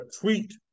tweet